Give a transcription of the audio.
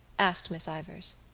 asked miss ivors.